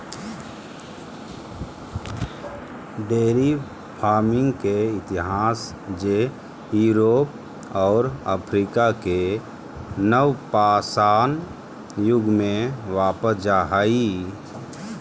dairy farming के इतिहास जे यूरोप और अफ्रीका के नवपाषाण युग में वापस जा हइ